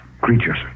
creatures